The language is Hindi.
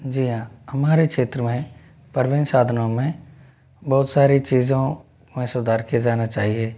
जी हाँ हमारे क्षेत्र में परवीन साधनों में बहुत सारी चीज़ों में सुधार किया जाना चाहिए